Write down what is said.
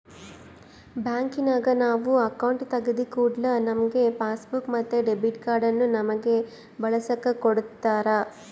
ಬ್ಯಾಂಕಿನಗ ನಾವು ಅಕೌಂಟು ತೆಗಿದ ಕೂಡ್ಲೆ ನಮ್ಗೆ ಪಾಸ್ಬುಕ್ ಮತ್ತೆ ಡೆಬಿಟ್ ಕಾರ್ಡನ್ನ ನಮ್ಮಗೆ ಬಳಸಕ ಕೊಡತ್ತಾರ